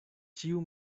ĉiu